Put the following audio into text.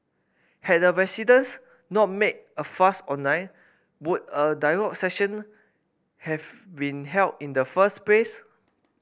had the residents not made a fuss online would a dialogue session have been held in the first place